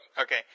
Okay